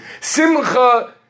Simcha